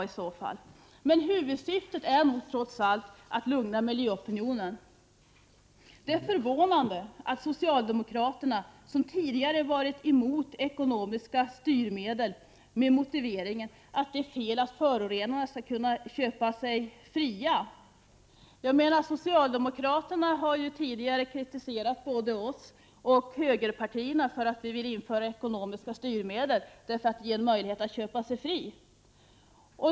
Huvudsyftet med avgifterna är nog trots allt att lugna miljöopinionen. Detta är förvånande med tanke på att socialdemokraterna tidigare varit emot ekonomiska styrmedel med motiveringen att det är fel att förorenarna skall kunna köpa sig fria. Socialdemokraterna har tidigare kritiserat både oss miljöpartister och de borgerliga partierna för att vi vill införa ekonomiska styrmedel, därför att det då blir möjligt att köpa sig fri.